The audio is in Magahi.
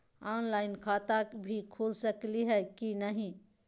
ऑनलाइन खाता भी खुल सकली है कि नही?